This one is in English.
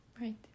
Right